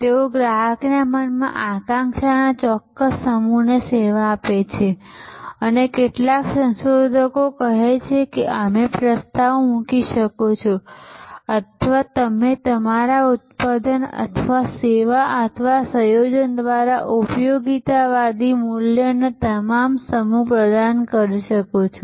તેઓ ગ્રાહકના મનમાં આકાંક્ષાના ચોક્કસ સમૂહને સેવા આપે છે અને કેટલાક સંશોધકો કહે છે કે તમે પ્રસ્તાવ મૂકી શકો છો અથવા તમે તમારા ઉત્પાદન અથવા સેવા અથવા સંયોજન દ્વારા ઉપયોગિતાવાદી મૂલ્યોનો ઉત્તમ સમૂહ પ્રદાન કરી શકો છો